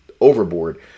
overboard